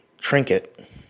trinket